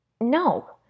no